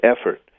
effort